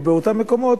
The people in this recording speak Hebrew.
או באותם מקומות,